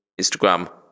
instagram